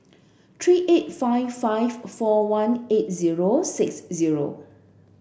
three eight five five four one eight zero six zero